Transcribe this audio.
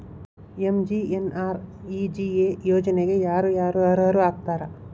MGNREGA ಯೋಜನೆಗೆ ಯಾರ ಯಾರು ಅರ್ಹರು ಆಗ್ತಾರ?